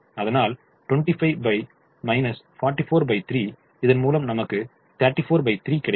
அதனால் 25 443 இதன்முலம் நமக்கு 343 கிடைக்கும்